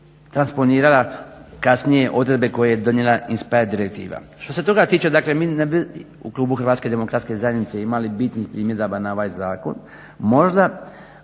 transponirala kasnije odredbe koje je donijela INSPIRE direktiva. Što se toga tiče, dakle mi ne bi, u Klubu Hrvatske Demokratske Zajednice imali bitnih primjedaba na ovaj zakon. Možda